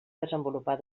desenvolupar